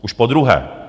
Už podruhé!